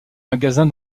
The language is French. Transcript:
magasins